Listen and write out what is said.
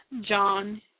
John